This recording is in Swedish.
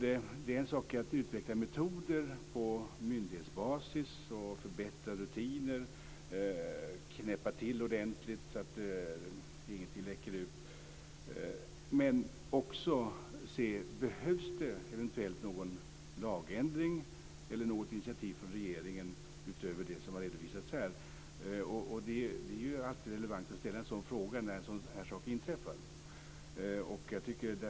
Det är en sak att utveckla metoder på myndighetsbasis, förbättra rutiner och knäppa till ordentligt så att ingenting läcker ut, men man måste också se om det eventuellt behövs någon lagändring eller något initiativ från regeringen utöver det som har redovisats här. Det är alltid relevant att ställa en sådan fråga när en sådan här sak inträffar.